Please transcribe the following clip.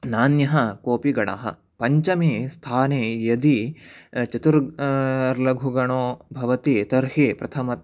नान्यः कोऽपि गणः पञ्चमे स्थाने यदि चतुरः लघुगणो भवति तर्हि प्रथमं